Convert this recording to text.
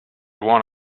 one